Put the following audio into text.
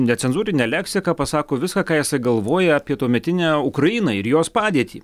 necenzūrine leksika pasako viską ką jis galvoja apie tuometinę ukrainą ir jos padėtį